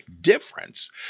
difference